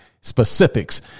specifics